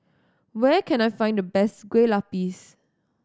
where can I find the best Kueh Lupis